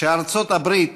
שארצות הברית